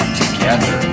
together